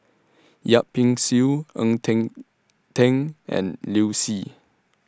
Yip Pin Xiu Ng Eng Teng and Liu Si